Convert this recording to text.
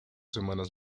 semanas